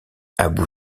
abu